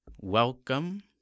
welcome